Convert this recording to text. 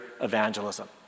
evangelism